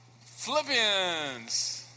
Philippians